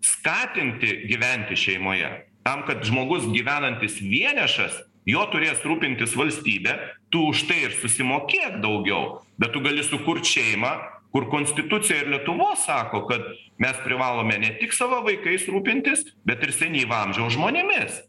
skatinti gyventi šeimoje tam kad žmogus gyvenantis vienišas juo turės rūpintis valstybė tu už tai ir susimokėk daugiau bet tu gali sukurt šeimą kur konstitucija ir lietuvos sako kad mes privalome ne tik savo vaikais rūpintis bet ir senyvo amžiaus žmonėmis